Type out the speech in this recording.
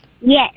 Yes